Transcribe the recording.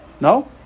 No